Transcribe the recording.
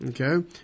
Okay